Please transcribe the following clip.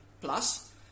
plus